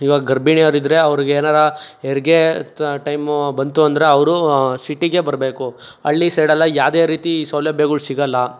ಇವಾಗ ಗರ್ಭಿಣಿಯವ್ರ ಇದ್ದರೆ ಅವ್ರಿಗೇನಾರ ಹೆರಿಗೆ ತ ಟೈಮು ಬಂತು ಅಂದರೆ ಅವರು ಸಿಟಿಗೆ ಬರಬೇಕು ಹಳ್ಳಿ ಸೈಡೆಲ್ಲ ಯಾವುದೇ ರೀತಿ ಸೌಲಭ್ಯಗಳ್ ಸಿಗೋಲ್ಲ